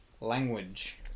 language